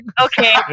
Okay